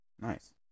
nice